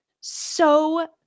so-